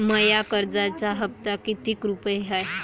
माया कर्जाचा हप्ता कितीक रुपये हाय?